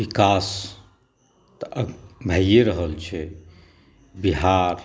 विकास तऽ भैए रहल छै बिहार